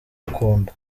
agukunda